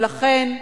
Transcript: ולכן,